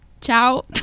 Ciao